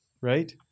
right